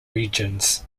regions